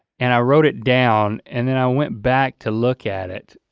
and i wrote it down and then i went back to look at it.